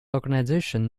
organization